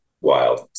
wild